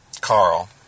Carl